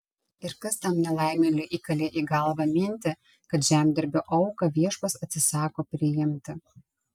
ir kas tam nelaimėliui įkalė į galvą mintį kad žemdirbio auką viešpats atsisako priimti